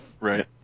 Right